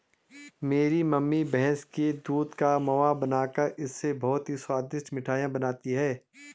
मेरी मम्मी भैंस के दूध का मावा बनाकर इससे बहुत ही स्वादिष्ट मिठाई बनाती हैं